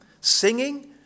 singing